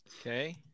Okay